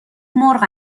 مرغ